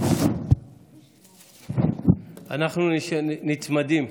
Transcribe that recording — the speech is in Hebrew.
אנחנו נצמדים,